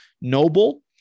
noble